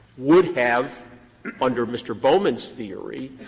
would have under, mr. bowman's theory,